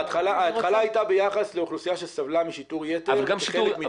ההתחלה הייתה ביחס לאוכלוסייה שסבלה משיטור יתר כחלק מדוח פלמור.